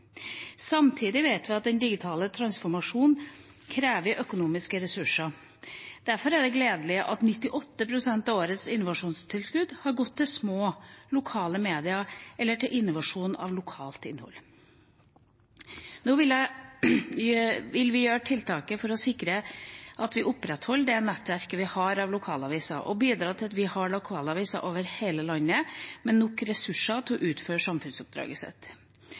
Samtidig vet vi at den digitale transformasjonen krever økonomiske ressurser. Derfor er det gledelig at 98 pst. av årets innovasjonstilskudd har gått til små, lokale medier eller til innovasjon av lokalt innhold. Nå vil vi sette i verk tiltak for å sikre at vi opprettholder det nettverket vi har av lokalaviser, og bidra til at vi har lokalaviser over hele landet med nok ressurser til å utføre samfunnsoppdraget sitt.